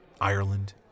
Ireland